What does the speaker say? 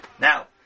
Now